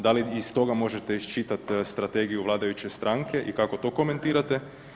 Da li iz toga možete iščitati strategiju vladajuće stranke i kako to komentirate?